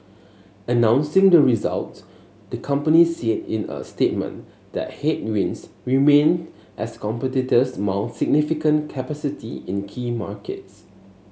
announcing the results the company said in a statement that headwinds remain as competitors mount significant capacity in key markets